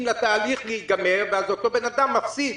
לתהליך להיגמר ואז אותו אדם מפסיד,